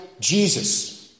Jesus